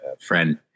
friend